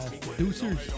producers